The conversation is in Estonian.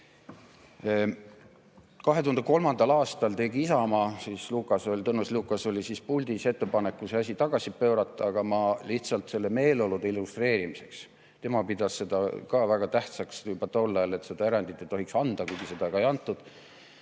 2003. aastal tegi Isamaa, Tõnis Lukas oli siis puldis, ettepaneku see asi tagasi pöörata. Ma ütlen lihtsalt selle meeleolu illustreerimiseks, tema pidas seda ka väga tähtsaks juba tol ajal, et seda erandit ei tohiks anda, kuigi seda ei antud: